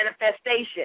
manifestation